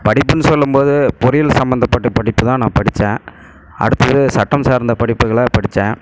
படிப்புனு சொல்லும்போது பொறியியல் சம்பந்தப்பட்ட படிப்புதான் நான் படித்தேன் அடுத்தது சட்டம் சார்ந்த படிப்புகளை படித்தேன்